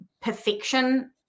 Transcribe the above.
perfection